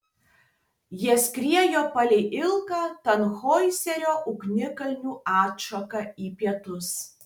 jie skriejo palei ilgą tanhoizerio ugnikalnių atšaką į pietus